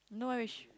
no sh~